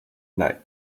that